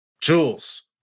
Jules